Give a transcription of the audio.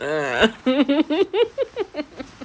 ah